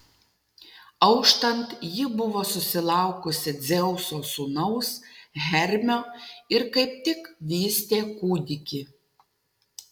auštant ji buvo susilaukusi dzeuso sūnaus hermio ir kaip tik vystė kūdikį